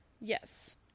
Yes